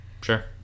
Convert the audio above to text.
Sure